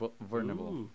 vulnerable